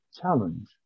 challenge